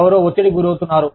ఎవరో ఒత్తిడికి గురవుతున్నారు